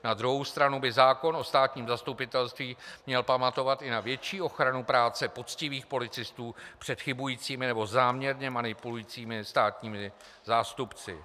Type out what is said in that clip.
Na druhou stranu by zákon o státním zastupitelství měl pamatovat i na větší ochranu práce poctivých policistů před chybujícími nebo záměrně manipulujícími státními zástupci.